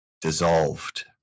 dissolved